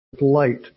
light